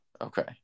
Okay